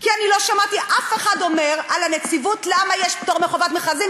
כי אני לא שמעתי אף אחד אומר על הנציבות: למה יש פטור מחובת מכרזים,